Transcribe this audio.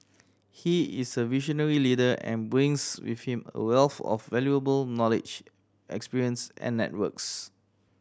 he is a visionary leader and brings with him a wealth of valuable knowledge experience and networks